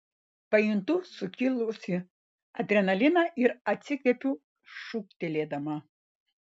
pajuntu sukilusį adrenaliną ir atsikvepiu šūktelėdama